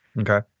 Okay